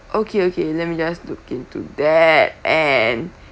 okay okay let me just look into that and